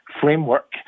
framework